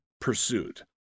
pursuit